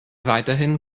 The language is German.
weiterhin